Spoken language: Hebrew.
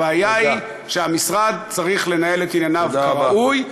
הבעיה היא שהמשרד צריך לנהל את ענייניו כראוי,